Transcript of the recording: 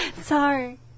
Sorry